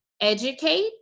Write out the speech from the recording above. educate